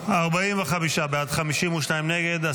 45 בעד, 52 נגד.